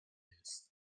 jest